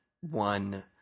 one